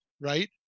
right